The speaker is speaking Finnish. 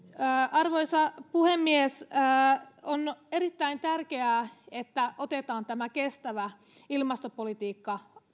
arvoisa puhemies on erittäin tärkeää että otetaan tämä kestävä ilmastopolitiikka